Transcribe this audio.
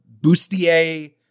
bustier